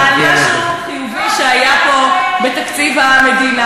על משהו חיובי שהיה פה בתקציב המדינה: